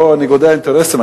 פה ניגודי האינטרסים,